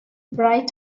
bright